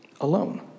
alone